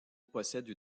possède